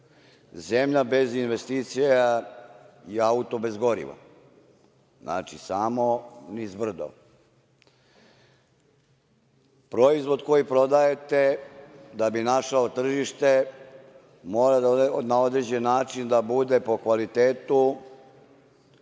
bez investicija je auto bez goriva. Znači, samo nizbrdo. Proizvod koji prodajete, da bi našao tržište mora na određen način da bude po kvalitetu